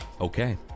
Okay